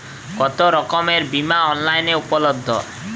কতোরকমের বিমা অনলাইনে উপলব্ধ?